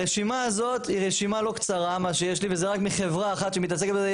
הרשימה הזאת היא רשימה לא קצרה וזה רק מחברה אחת שמתעסקת בזה.